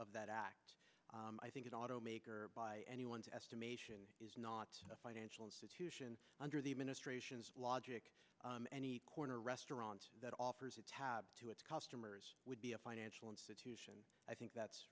of that act i think it automaker by anyone's estimation is not a financial institution under the administration's logic any corner restaurant that offers a tab to its customers would be a financial institution i think that's